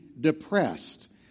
depressed